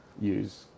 use